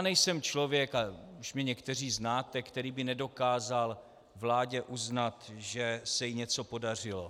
Nejsem člověk, a už mě někteří znáte, který by nedokázal vládě uznat, že se jí něco podařilo.